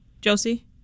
Josie